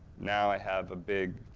now i have a big,